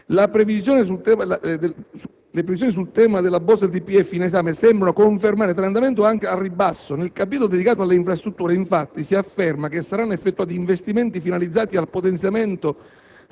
Le previsioni sul tema della bozza di DPEF in esame sembrano confermare tale andamento al ribasso: nel capitolo dedicato alle infrastrutture, infatti, si afferma che saranno effettuati investimenti finalizzati al potenziamento